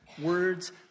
Words